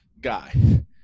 guy